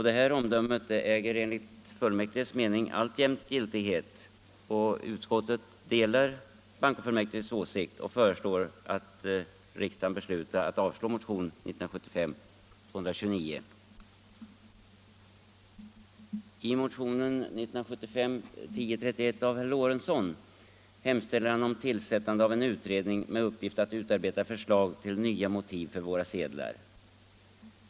Detta omdöme äger enligt fullmäktiges mening alltjämt giltighet. Utskottet delar fullmäktiges åsikt och föreslår att riksdagen beslutar avslå motionen 1975:229. I motionen 1975:1031 av herr Lorentzon begärs tillsättandet av en utredning med uppgift att utarbeta förslag till nya motiv på våra sedlar.